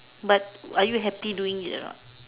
but are you happy doing it a not